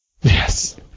Yes